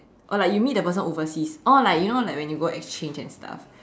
or like you meet the person overseas or like you know like you go exchange and stuff